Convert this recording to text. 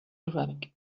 arabic